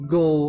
Go